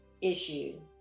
issue